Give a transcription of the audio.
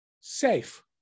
safe